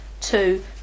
two